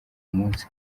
munsi